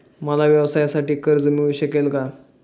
मला व्यवसायासाठी कर्ज मिळू शकेल का?